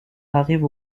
arrive